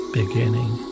beginning